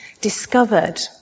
discovered